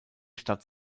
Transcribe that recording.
stadt